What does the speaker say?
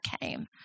came